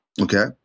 Okay